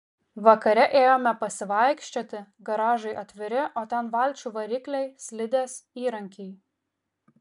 vakare ėjome pasivaikščioti garažai atviri o ten valčių varikliai slidės įrankiai